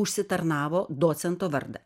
užsitarnavo docento vardą